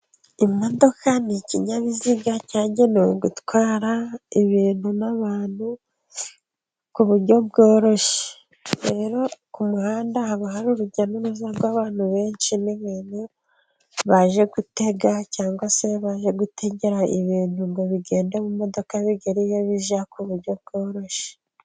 Imodoka ni ikinyabiziga cyagenewe gutwara ibintu n'abantu ku buryo bworoshye. Rero ku muhanda haba hari urujya n'uruza rw'abantu benshi n'ibintu, bajye gutega cyangwa se bajye gutegera ibintu, ngo bigende mu modoka bigere iyo bijya ku buryo bworoshye